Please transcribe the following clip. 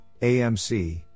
AMC